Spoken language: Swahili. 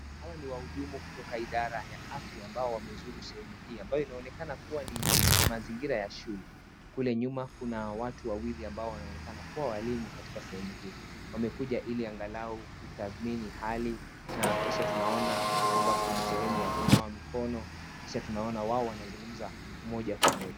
Hawa ni waudumu kutoka idara ya afya ambao wamezuru sehemu hii ambayo inaonekana kuwa ni mazingira ya shule kule nyumba Kuna watu wawili ambao wanaonekana kuwa walimu katika sehemu hii wamekuja iliangalau kutadhimini hali na kisha tunaona kuna sehemu ya kunawa mikono kisha tunaona wao wanazungumza mojakwa moja.